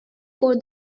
for